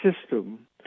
system